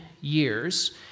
years